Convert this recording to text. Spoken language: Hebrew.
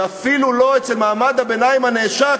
ואפילו לא אצל מעמד הביניים הנעשק,